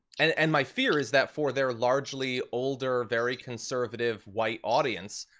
and and my fear is that, for their largely older, very conservative white audience,